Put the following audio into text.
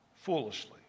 foolishly